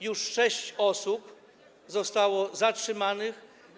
Już sześć osób zostało zatrzymanych.